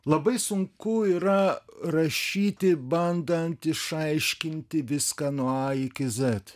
labai sunku yra rašyti bandant išaiškinti viską nuo a iki zet